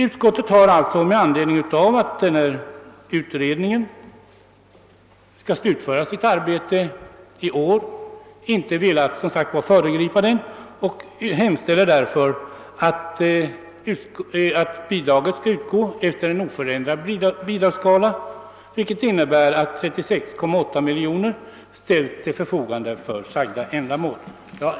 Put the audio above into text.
Utskottet har med anledning av att utredningen skall slutföra sitt arbete i år inte velat föregripa den och hemställer därför att bidraget skall utgå efter en oförändrad bidragsskala, vilket innebär att 36,8 miljoner kronor ställs till förfogande för sagda ändamål.